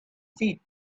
feet